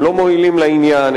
הם לא מועילים לעניין,